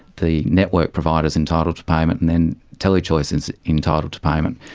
the network provider is entitled to payment, and then telechoice is entitled to payment.